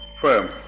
firm